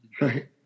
right